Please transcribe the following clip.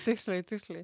tiksliai tiksliai